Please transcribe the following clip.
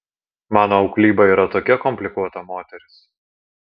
mano auklyba yra tokia komplikuota moteris